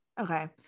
Okay